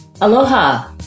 Aloha